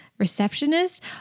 Receptionist